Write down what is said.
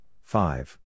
five